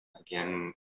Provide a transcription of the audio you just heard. again